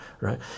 right